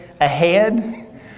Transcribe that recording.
ahead